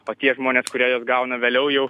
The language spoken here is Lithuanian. o tie žmonės kurie juos gauna vėliau jau